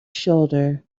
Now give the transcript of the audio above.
shoulder